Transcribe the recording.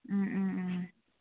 ꯎꯝ ꯎꯝ ꯎꯝ